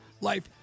life